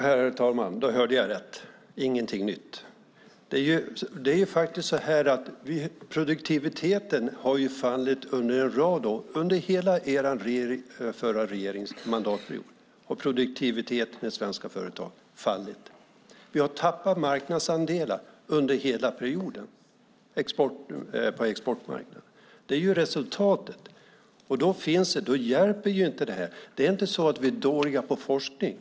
Herr talman! Då hörde jag rätt: Ingenting nytt. Produktiviteten i svenska företag föll under den här regeringens första mandatperiod. Vi har under hela perioden tappat marknadsandelar på exportmarknaden. Det är resultatet. Då hjälper inte detta. Vi är inte dåliga på forskning.